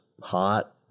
hot